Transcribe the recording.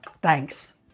Thanks